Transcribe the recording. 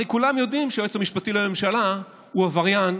הרי כולם יודעים שהיועץ המשפטי לממשלה הוא עבריין,